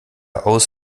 aus